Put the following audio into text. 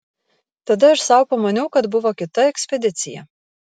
tada aš sau pamaniau kad buvo kita ekspedicija